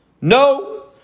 No